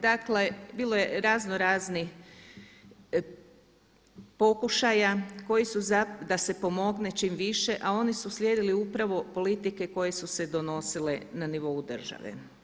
Dakle, bilo je razno raznih pokušaja koji su za da se pomogne čim više, a oni su slijedili upravo politike koje su se donosile na nivou države.